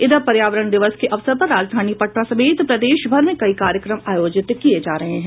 इधर पर्यावरण दिवस के अवसर पर राजधानी पटना समेत प्रदेशभर में कई कार्यक्रम आयोजित किये जा रहे हैं